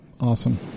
Awesome